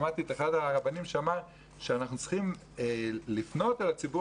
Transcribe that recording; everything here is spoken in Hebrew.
שמעתי את אחד הרבנים שאמר שאנחנו צריכים לפנות אל הציבור